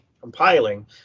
compiling